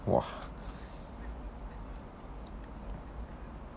!wah!